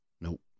nope